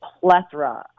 plethora